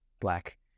black